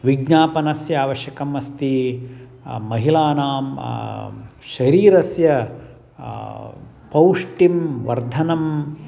विज्ञापनस्य आवश्यकम् अस्ति महिलानां शरीरस्य पौष्टिं वर्धनम्